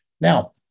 Now